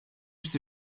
sie